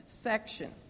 section